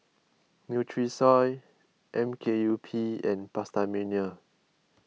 Nutrisoy M K U P and PastaMania